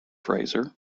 fraser